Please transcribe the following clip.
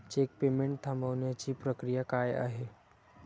Check payment थांबवण्याची प्रक्रिया काय आहे?